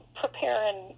preparing